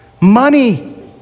Money